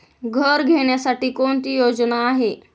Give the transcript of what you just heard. घर घेण्यासाठी कोणती योजना आहे?